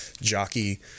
jockey